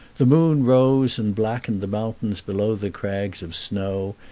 the moon rose and blackened the mountains below the crags of snow,